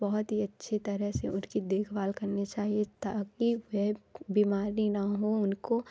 बहुत ही अच्छे तरह से उनकी देखभाल करने चाहिए ताकि वह बीमारी न हो उनको